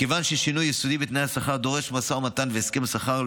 מכיוון ששינוי יסודי בתנאי השכר דורש משא ומתן והסכם שכר,